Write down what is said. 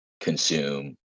consume